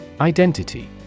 Identity